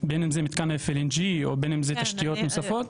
בין אם זה מתקן FLNG או בין אם זה תשתיות נוספות.